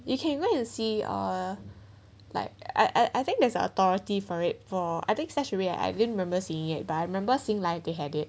you can go and see uh like I I I think there's an authority for it for I think stash away I didn't remember seeing it but I remember seeing like they had it